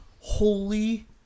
Holy